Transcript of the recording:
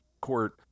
court